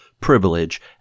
privilege